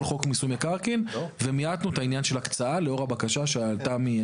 חוק מיסוי מקרקעין ומיעטנו את העניין של ההקצאה לאור הבקשה של יוסי.